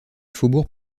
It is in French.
faubourg